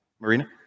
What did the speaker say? Marina